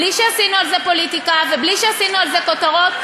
בלי שעשינו על זה פוליטיקה ובלי שעשינו על זה כותרות,